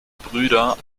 brüder